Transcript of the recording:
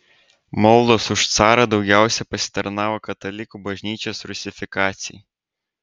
maldos už carą daugiausiai pasitarnavo katalikų bažnyčios rusifikacijai